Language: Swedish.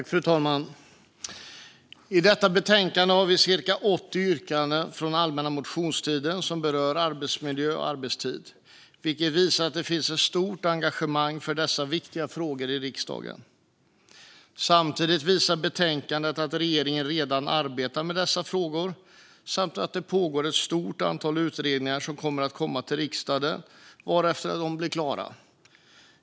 Fru talman! I detta betänkande hanterar vi cirka 80 yrkanden från allmänna motionstiden som berör arbetsmiljö och arbetstid, vilket visar att det finns ett stort engagemang för dessa viktiga frågor i riksdagen. Samtidigt visar betänkandet att regeringen redan arbetar med dessa frågor samt att det pågår ett stort antal utredningar som kommer att komma till riksdagen vartefter de blir klara.